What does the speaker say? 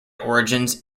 origins